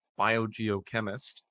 biogeochemist